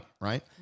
right